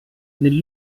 nel